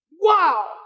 Wow